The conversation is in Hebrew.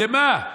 למה?